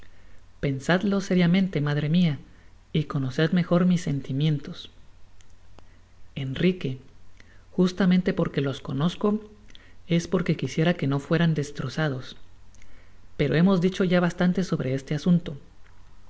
pensadlo seriamente madre mia y conoced mejor mis sentimientos enrique justamente porque los conozco es porque quisiera que no fueran destrozados pero hemos dicho ya bastante sobre este asunto